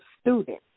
student